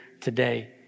today